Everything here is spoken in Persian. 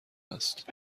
است